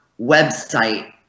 website